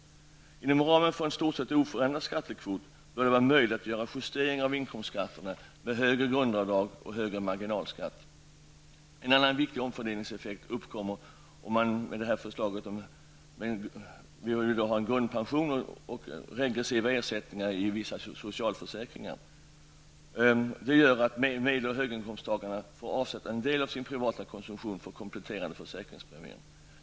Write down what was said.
Inom ramen för en i stort sett oförändrad skattekvot bör det vara möjligt att göra justeringar av inkomstskatterna med högre grundavdrag och högre marginalskatt. En annan viktig omfördelningseffekt uppkommer, om man genomför förslaget om grundpension och regressiva ersättningar inom vissa socialförsäkringar. Detta gör att medel och höginkomsttagarna får avsätta en del av sin privata konsumtion för kompletterande försäkringspremier.